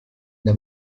the